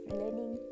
learning